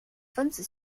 分子